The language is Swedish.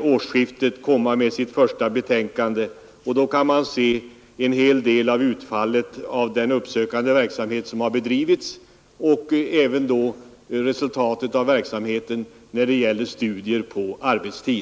årsskiftet framlägga sitt första betänkande, och då kommer man att kunna se en hel del av utfallet av den uppsökande verksamhet som har bedrivits liksom resultatet av verksamheten med studier på arbetstid.